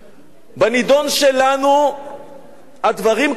בנדון שלנו הדברים קורים.